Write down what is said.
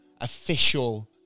official